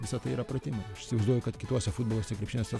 visa tai yra pratimai aš įsivaizduoju kad kituose futboluose krepšiniuose